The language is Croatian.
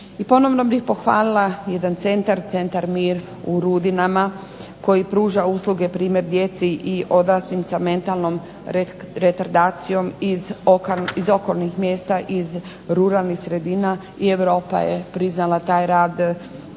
I ponovno bih pohvalila jedan centar, Centar "Mir" u Rudinama koji pruža usluge na primjer djeci i odraslim sa mentalnom retardacijom iz okolnih mjesta iz ruralnih sredina. I Europa je priznala taj rad